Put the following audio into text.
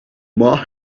might